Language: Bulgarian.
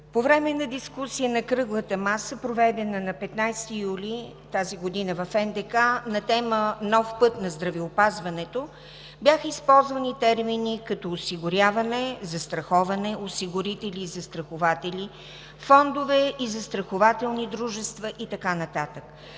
По време на дискусия на кръглата маса, проведена на 15 юли тази година в НДК, на тема „Нов път на здравеопазването“ бяха използвани термини като „осигуряване“, „застраховане“, „осигурители“, „застрахователи“, „фондове“, „застрахователни дружества“ и така нататък.